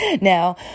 Now